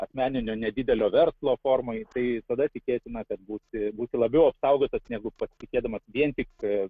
asmeninio nedidelio verslo formoj tai tada tikėtina kad būsi būsi labiau apsaugotas negu pasitikėdamas vien tik